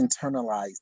internalized